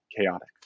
chaotic